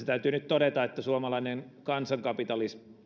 täytyy nyt todeta että suomalainen kansankapitalismi